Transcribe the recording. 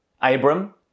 Abram